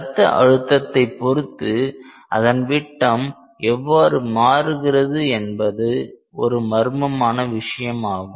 ரத்த அழுத்தத்தை பொருத்து அதன் விட்டம் எவ்வாறு மாறுகிறது என்பது ஒரு மர்மமான விஷயமாகும்